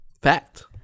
fact